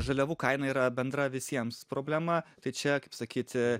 žaliavų kaina yra bendra visiems problema tai čia kaip sakyti